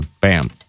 bam